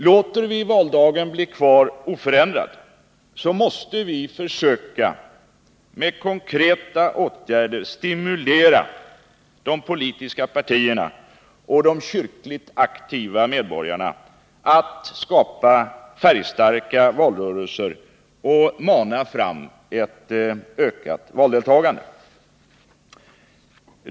Låter vi valdagen vara kvar oförändrad måste vi försöka att med konkreta åtgärder stimulera de politiska partierna och de kyrkligt aktiva medborgarna att skapa färgstarka valrörelser och mana fram ett ökat valdeltagande.